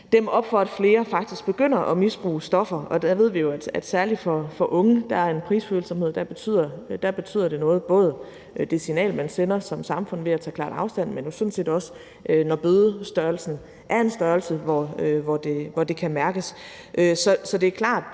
dæmme op for, at flere faktisk begynder at misbruge stoffer. Og der ved vi jo, at der særlig for unge er en prisfølsomhed, så der betyder det noget, både med hensyn til det signal, man sender som samfund ved at tage klart afstand fra det, men jo sådan set også med hensyn til at bøden er af en størrelse, hvor det kan mærkes. Så det er klart,